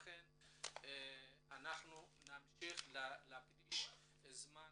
לכן נמשיך להקדיש זמן